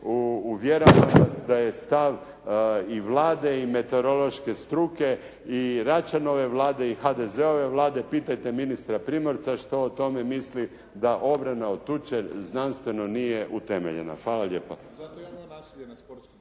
uvjeravam vas da je stav i Vlade i meteorološke struke i Račanove Vlade i HDZ-ove Vlade, pitajte ministra Primorca što o tome misli, da obrana od tuče znanstveno nije utemeljena. Hvala lijepa.